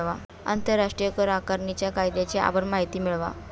आंतरराष्ट्रीय कर आकारणीच्या कायद्याची आपण माहिती मिळवा